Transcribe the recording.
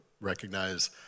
recognize